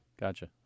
gotcha